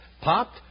popped